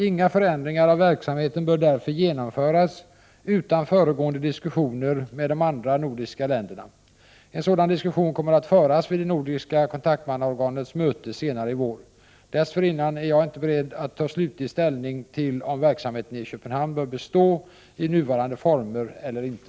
Inga förändringar av verksamheten bör därför genomföras utan föregående diskussioner med de andra nordiska länderna. En sådan diskussion kommer att föras vid det nordiska kontaktmannaorganets möte senare i vår. Dessförinnan är jag inte beredd att ta slutlig ställning till om verksamheten i Köpenhamn bör bestå i nuvarande former eller inte.